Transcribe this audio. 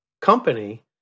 company